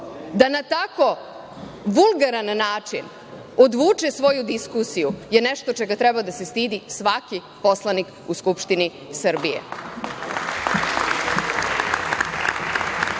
da na tako vulgaran način odvuče svoju diskusiju je nešto čega treba da se stidi svaki poslanik u Skupštini Srbije. Vaša